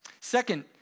Second